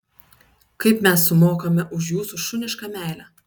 kaip mes sumokame už jūsų šunišką meilę